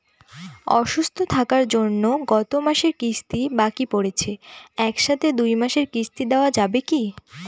অসুস্থ থাকার জন্য গত মাসের কিস্তি বাকি পরেছে এক সাথে দুই মাসের কিস্তি দেওয়া যাবে কি?